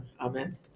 Amen